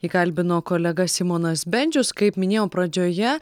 jį kalbino kolega simonas bendžius kaip minėjau pradžioje